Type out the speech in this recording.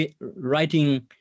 writing